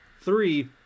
Three